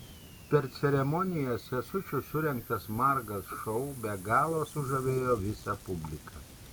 per ceremoniją sesučių surengtas margas šou be galo sužavėjo visą publiką